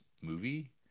movie